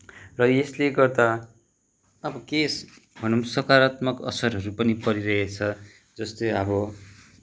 र यसले गर्दा अब केस भनौँ सकारात्मक असरहरू पनि परिरहेछ जस्तै अब